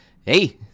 Hey